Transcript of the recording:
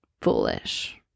foolish